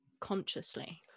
consciously